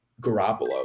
Garoppolo